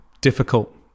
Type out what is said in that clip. difficult